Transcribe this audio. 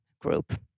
group